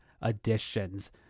additions